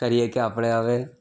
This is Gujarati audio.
કરીએ કે આપણે હવે